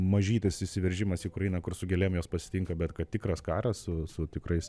mažytis įsiveržimas į ukrainą kur su gėlėm juos pasitinka bet kad tikras karas su su tikrais